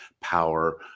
power